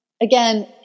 again